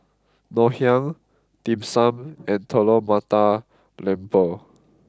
Ngoh Hiang Dim Sum and Telur Mata Lembu